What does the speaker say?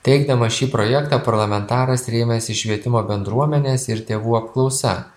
teikdamas šį projektą parlamentaras rėmėsi švietimo bendruomenės ir tėvų apklausa